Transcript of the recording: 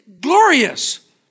glorious